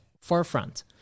forefront